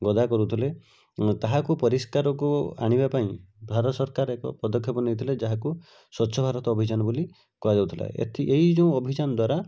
ଗଦା କରୁଥିଲେ ଓ ତାହାକୁ ପରିଷ୍କାରକୁ ଆଣିବା ପାଇଁ ଭାରତ ସରକାର ଏକ ପଦକ୍ଷେପ ନେଇଥିଲେ ଯାହାକୁ ସ୍ଵଚ୍ଛଭାରତ ଅଭିଯାନ ବୋଲି କୁହାଯାଉଥିଲା ଏଥି ଏଇ ଯେଉଁ ଅଭିଯାନ ଦ୍ଵାରା